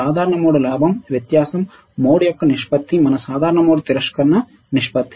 సాధారణ మోడ్ లాభం వ్యత్యాసం మోడ్ యొక్క నిష్పత్తి మన సాధారణ మోడ్ తిరస్కరణ నిష్పత్తి